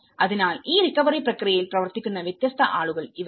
അതിനാൽ ഈ റിക്കവറി പ്രക്രിയയിൽ പ്രവർത്തിക്കുന്ന വ്യത്യസ്ത ആളുകൾ ഇവരാണ്